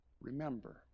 remember